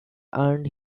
earned